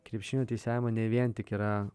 krepšinio teisėjavimu ne vien tik yra